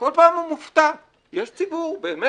וכל פעם הוא מופתע יש ציבור, באמת?